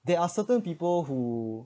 there are certain people who